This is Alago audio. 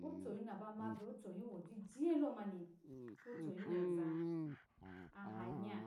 Otoyu naba ma niyotoyu wo jije lo mani otuyu woza ahanya